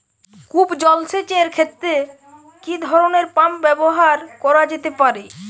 কূপ জলসেচ এর ক্ষেত্রে কি ধরনের পাম্প ব্যবহার করা যেতে পারে?